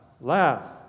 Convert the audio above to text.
laugh